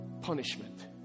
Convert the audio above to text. punishment